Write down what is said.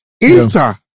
Inter